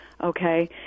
okay